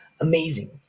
amazing